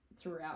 throughout